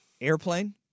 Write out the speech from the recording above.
Airplane